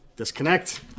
Disconnect